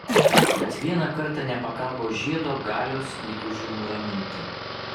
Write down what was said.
bet vieną kartą nepakako žiedo galios įtūžiui nuraminti